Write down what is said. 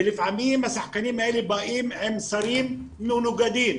לפעמים השחקנים האלה באים עם שרים מנוגדים,